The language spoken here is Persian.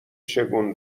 شگون